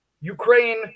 Ukraine